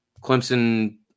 Clemson